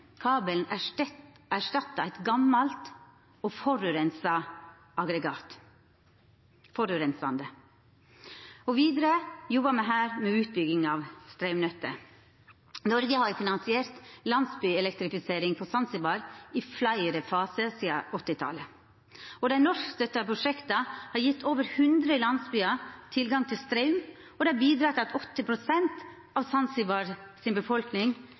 kabelen erstatta eit gamalt og forureinande aggregat. Vidare jobbar me her med utbygging av straumnettet. Noreg har finansiert landsbyelektrifisering på Zanzibar i fleire fasar sidan 1980-talet. Dei norskstøtta prosjekta har gjeve over hundre landsbyar tilgang til straum og har bidrege til at 80 pst. av Zanzibars befolkning